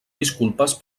disculpes